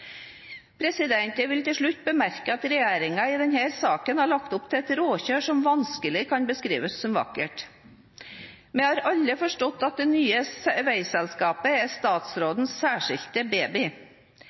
Jeg vil til slutt bemerke at regjeringen i denne saken har lagt opp til et råkjør som vanskelig kan beskrives som «vakkert». Vi har alle forstått at det nye veiselskapet er statsrådens særskilte